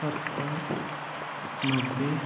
सत्तर नब्बे